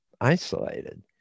isolated